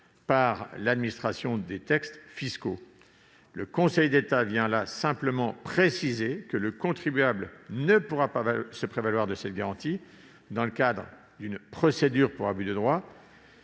par l'administration des textes fiscaux. Le Conseil d'État a simplement précisé que le contribuable ne pourra pas se prévaloir de cette garantie dans le cadre d'une procédure pour abus de droit